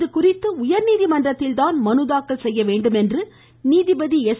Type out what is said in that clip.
இதுதொடர்பாக உயர்நீதிமன்றத்தில்தான் மனுதாக்கல் செய்ய வேண்டும் என்று நீதிபதி எஸ்